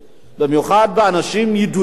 באנשים ידועים,